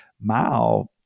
Mao